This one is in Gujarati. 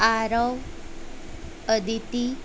આરવ અદિતિ